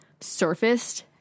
surfaced